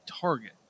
target